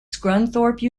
scunthorpe